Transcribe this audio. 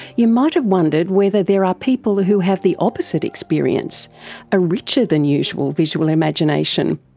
you might have wondered whether there are people who have the opposite experience a richer than usual visual imagination.